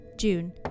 June